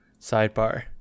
Sidebar